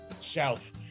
south